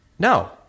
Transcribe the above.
no